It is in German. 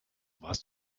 warst